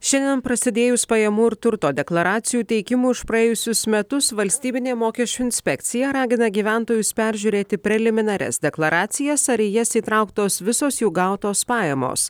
šiandien prasidėjus pajamų ir turto deklaracijų teikimui už praėjusius metus valstybinė mokesčių inspekcija ragina gyventojus peržiūrėti preliminarias deklaracijas ar į jas įtrauktos visos jų gautos pajamos